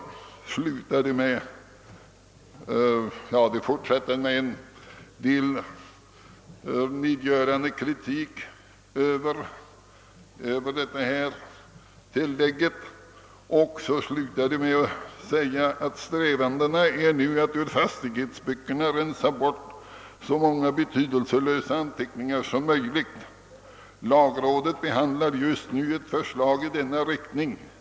Lagrådet fortsätter med en ganska nedgörande kritik av tillägget och slutar med att säga, att strävandena nu är att ur fastighetsböckerna rensa bort så många betydelselösa anteckningar som möjligt. Lagrådet behandlar just nu ett förslag i denna riktning.